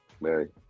Mary